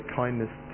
kindness